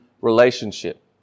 relationship